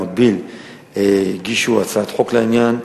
במקביל הגישו הצעת חוק בעניין.